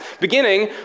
Beginning